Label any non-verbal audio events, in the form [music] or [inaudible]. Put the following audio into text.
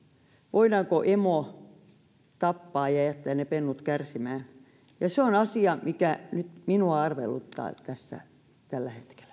voidaanko emo tappaa ja ja jättää ne pennut kärsimään se on asia mikä nyt minua arveluttaa tässä tällä hetkellä [unintelligible]